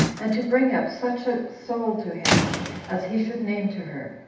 and to bring up such a soul to him as he should name to her.